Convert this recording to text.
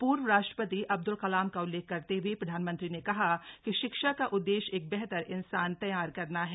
पूर्व राष्ट्रपति अब्दुल कलाम का उल्लेख करते हए प्रधानमंत्री ने कहा कि शिक्षा का उददेश्य एक बेहतर इन्सान तैयार करना है